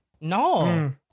No